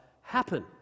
happen